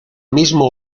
mismo